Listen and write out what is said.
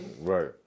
Right